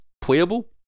playable